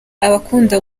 akunda